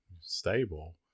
stable